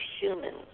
humans